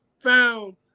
found